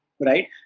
right